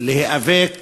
להיאבק